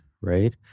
right